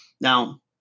Now